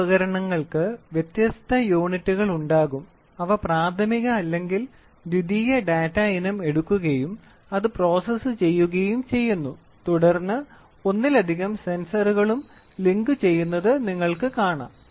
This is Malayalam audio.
ഈ ഉപകരണങ്ങൾക്ക് വ്യത്യസ്ത യൂണിറ്റുകൾ ഉണ്ടാകും അവ പ്രാഥമിക അല്ലെങ്കിൽ ദ്വിതീയ ഡാറ്റ ഇനം എടുക്കുകയും അത് പ്രോസസ്സ് ചെയ്യുകയും ചെയ്യുന്നു തുടർന്ന് ഒന്നിലധികം സെൻസറുകളും ലിങ്കുചെയ്യുന്നത് നിങ്ങൾക്ക് കാണാം